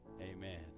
amen